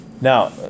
Now